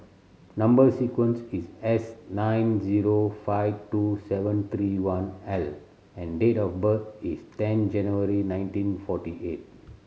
number sequence is S nine zero five two seven three one L and date of birth is ten January nineteen forty eight